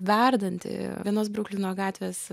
verdantį vienos bruklino gatvės